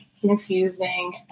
confusing